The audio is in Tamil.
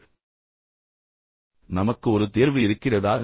நீங்கள் கேட்க வேண்டிய கடைசி கேள்வி என்னவென்றால் நமக்கு ஒரு தேர்வு இருக்கிறதா